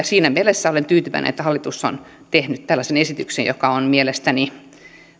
siinä mielessä olen tyytyväinen että hallitus on tehnyt tällaisen esityksen joka mielestäni